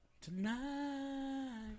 Tonight